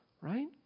right